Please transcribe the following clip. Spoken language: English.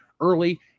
early